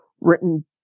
written